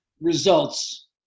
results